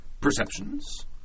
Perceptions